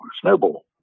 snowball